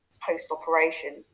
post-operation